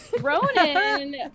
Ronan